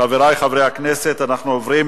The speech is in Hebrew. חברי חברי הכנסת, אנחנו עוברים